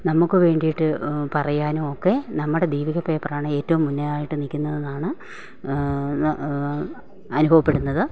നമുക്ക് വേണ്ടിയിട്ടും പറയാനും ഒക്കെ നമ്മുടെ ദീപിക പേപ്പർ ആണ് ഏറ്റവും മുന്നെ ആയിട്ട് നിൽക്കുന്നത് എന്നാണ് അനുഭവപ്പെടുന്നത്